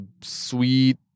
sweet